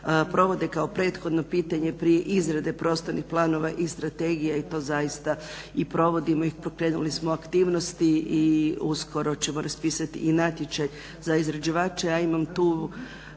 provode kao prethodno pitanje pri izradi prostornih planova i strategije i to provodimo. I pokrenuli smo aktivnosti i uskoro ćemo raspisati natječaj za izrađivače. Imam tu